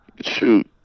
shoot